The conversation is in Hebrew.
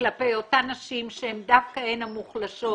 כלפי אותן נשים שדווקא הן המוחלשות,